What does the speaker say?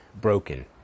broken